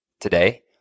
today